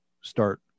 start